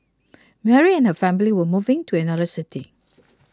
Mary and her family were moving to another city